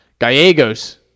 Gallegos